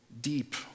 Deep